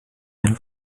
eine